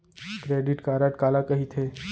Credit card काला कहिथे?